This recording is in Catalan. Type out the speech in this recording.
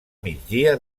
migdia